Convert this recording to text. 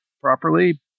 properly